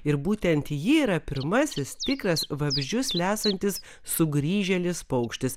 ir būtent ji yra pirmasis tikras vabzdžius lesantis sugrįžėlis paukštis